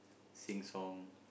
sing song